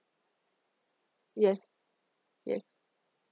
yes yes